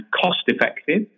cost-effective